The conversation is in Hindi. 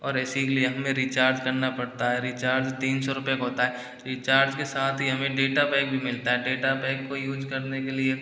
और इसीलिए हमें रिचार्ज करना पड़ता है रिचार्ज तीन सौ रूपये होता है रिचार्ज के साथ ही हमें डेटा पैक भी मिलता है डेटा पैक को यूज़ करने के लिए